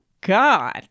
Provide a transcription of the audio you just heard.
god